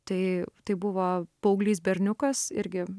tai tai buvo paauglys berniukas irgi